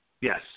Yes